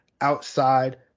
outside